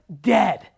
dead